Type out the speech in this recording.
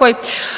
a još